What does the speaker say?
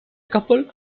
couple